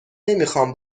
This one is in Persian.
نمیخام